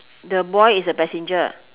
the boy is a passenger